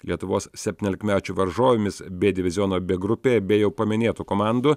lietuvos septyniolikmečių varžovėmis b diviziono b grupėje be jau paminėtų komandų